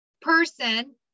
person